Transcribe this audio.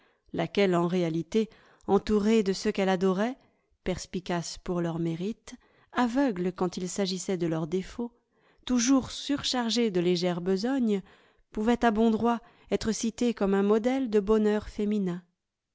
laquelle en réalité entourée de ceux qu'elle adorait perspicace pour leurs mérites aveugle quand il s'agissait de leurs défauts toujours surchargée de légères besognes pouvait à bon droit être citée comme un modèle de bonheur féminin